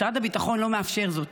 משרד הביטחון לא מאפשר זאת.